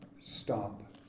stop